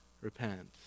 repent